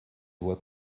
voit